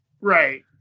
Right